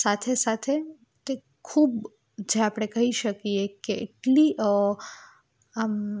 સાથે સાથે તે ખૂબ જે આપણે કહી શકીએ કે એટલી આમ